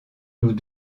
nous